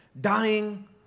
dying